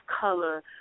color